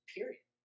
Period